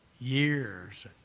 years